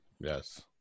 Yes